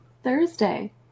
Thursday